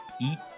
eat